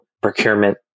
procurement